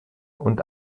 und